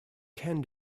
can